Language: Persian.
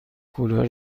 کولر